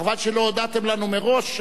חבל שלא הודעתם לנו מראש,